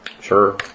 sure